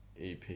EP